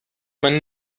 man